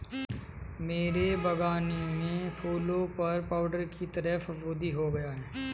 मेरे बगानी में फूलों पर पाउडर की तरह फुफुदी हो गया हैं